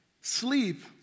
Sleep